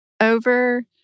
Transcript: over